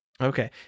Okay